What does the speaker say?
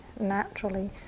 naturally